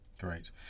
Great